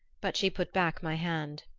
but she put back my hand.